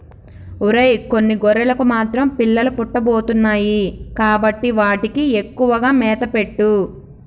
ఒరై కొన్ని గొర్రెలకు మాత్రం పిల్లలు పుట్టబోతున్నాయి కాబట్టి వాటికి ఎక్కువగా మేత పెట్టు